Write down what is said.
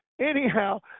anyhow